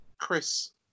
Chris